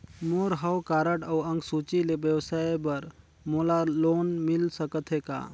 मोर हव कारड अउ अंक सूची ले व्यवसाय बर मोला लोन मिल सकत हे का?